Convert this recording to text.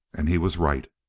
and he was right.